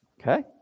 Okay